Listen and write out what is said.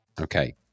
Okay